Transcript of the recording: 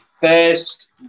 first